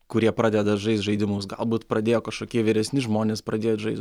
kurie pradeda žaist žaidimus galbūt pradėjo kažkokie vyresni žmonės pradėt žaist